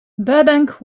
burbank